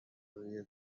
روی